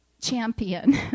champion